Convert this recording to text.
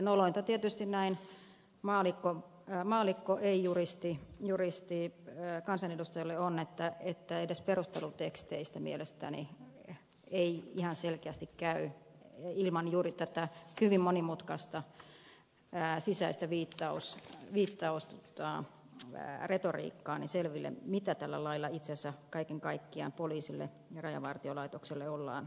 nolointa tietysti näin maallikko ei juristikansanedustajalle on että edes perusteluteksteistä mielestäni ei ihan selkeästi käy ilman juuri tätä hyvin monimutkaista sisäistä viittausretoriikkaa selville mitä tällä lailla itse asiassa kaiken kaikkiaan poliisille ja rajavartiolaitokselle ollaan suomassa